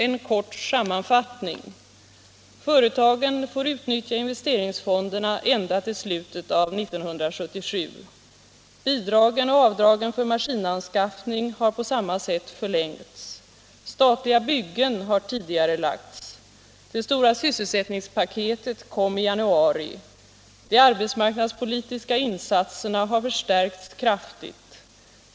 En kort sammanfattning: Företagen får utnyttja investeringsfonderna till slutet av 1977. Bidragen och avdragen för maskinanskaffning har på samma sätt förlängts. Statliga byggen har tidigarelagts. Det stora sysselsättningspaketet kom i januari. De arbetsmarknadspolitiska insatserna har förstärkts kraftigt.